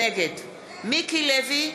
נגד מיקי לוי,